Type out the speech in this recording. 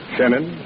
Shannon